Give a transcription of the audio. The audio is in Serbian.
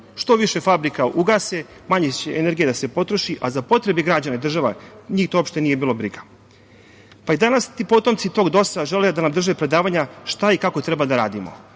Što više fabrika ugase, manje će energije da se potroši, a za potrebe građana i države, njih to uopšte nije bilo briga. Pa i danas ti potomci tog DOS-a žele da nam drže predavanja šta i kako treba da radimo. Upravo